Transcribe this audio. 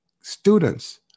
students